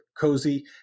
cozy